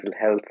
health